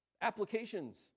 applications